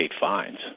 fines